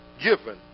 given